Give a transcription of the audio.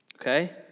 Okay